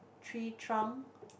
tree trunk